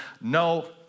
No